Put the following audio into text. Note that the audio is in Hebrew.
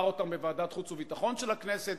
בוועדת החוץ והביטחון של הכנסת